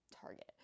Target